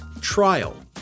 trial